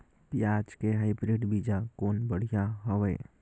पियाज के हाईब्रिड बीजा कौन बढ़िया हवय?